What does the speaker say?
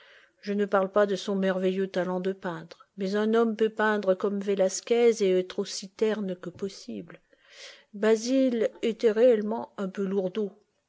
je ne parle pas de son merveilleux talent de peintre mais un homme peut peindre comme velasquez et être aussi terne que possible basil était réellement un peu lourdaud